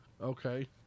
Okay